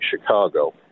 Chicago